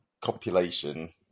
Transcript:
copulation